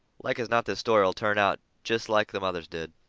like as not this story'll turn out jest like them others did.